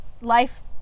Life